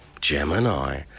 Gemini